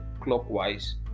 clockwise